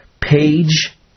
Page